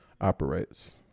operates